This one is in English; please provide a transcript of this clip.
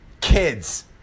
kids